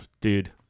dude